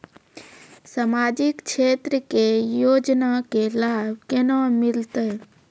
समाजिक क्षेत्र के योजना के लाभ केना मिलतै?